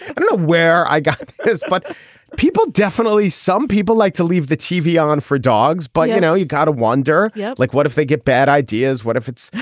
and know where i got this. but people definitely some people like to leave the tv on for dogs. but, know, you got to wonder, yeah like, what if they get bad ideas? what if it's,